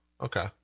okay